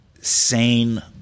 sane